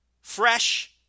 fresh